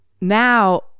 now